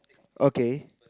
okay